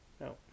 no